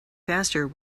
faster